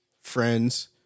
friends